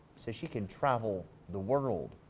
so she can travel the world.